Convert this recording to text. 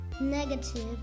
Negative